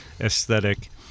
aesthetic